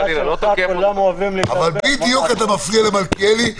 העלייה המדאיגה בציבור החרדי.